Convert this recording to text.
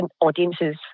audiences